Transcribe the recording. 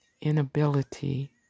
inability